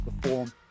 perform